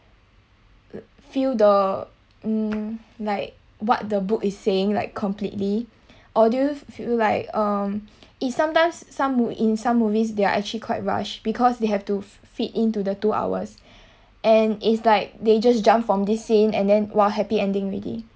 feel the mm like what the book is saying like completely or do you feel like um it sometimes some mo~ in some movies they're actually quite rush because they have to fit into the two hours and it's like they just jumped from the scene and then !wah! happy ending already